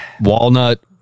walnut